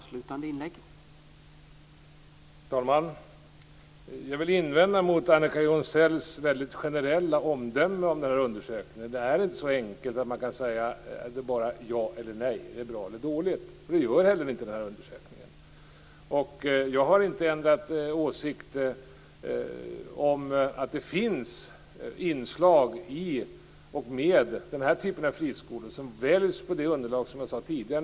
Herr talman! Jag vill invända mot Annika Jonsells väldigt generella omdöme om undersökningen. Det är inte så enkelt att man bara kan säga ja eller nej eller att det är bra eller dåligt. Det görs inte heller i undersökningen. Jag har inte ändrat åsikt om att det finns vissa inslag i den typ av friskolor som väljs med det underlag jag har beskrivit tidigare.